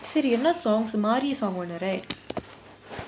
சரி என்ன:sari enna songs Maari songs right